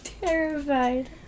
terrified